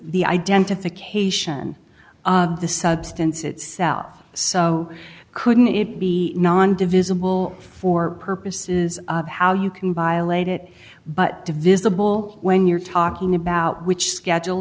the identification of the substance itself so couldn't it be non divisible for purposes of how you can buy a late it but divisible when you're talking about which schedule